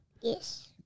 Yes